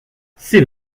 c’est